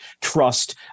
trust